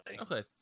Okay